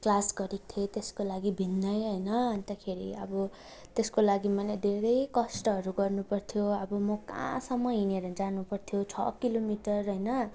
class गरेको थिएँ त्यसको लागि भिन्नै होइन अन्तखेरि अब त्यसको लागि मैले धेरै कष्टहरू गर्नु पर्थ्यो अब म कहाँसम्म हिँडेर जानु पर्थ्यो छ किलोमिटर होइन